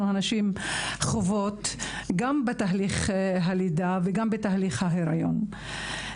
הנשים חוות גם בתהליך הלידה וגם בתהליך ההיריון.